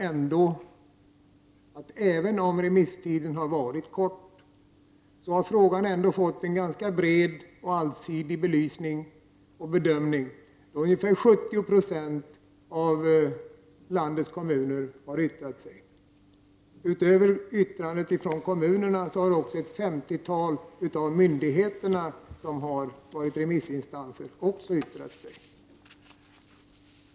Utskottet menar att frågan har fått en bred och allsidig bedömning, även om remisstiden varit kort, då ca 70 96 av landets kommuner har yttrat sig. Utöver kommunerna har också ett femtiotal av de myndigheter som har varit remissinstanser yttrat sig.